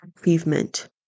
achievement